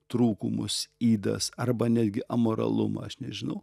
trūkumus ydas arba netgi amoralumą aš nežinau